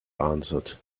answered